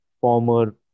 former